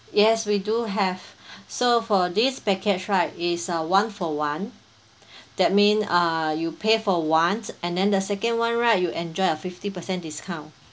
yes we do have so for this package right is a one for one that mean uh you pay for one and then the second one right you enjoy a fifty per cent discount